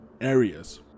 areas